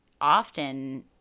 often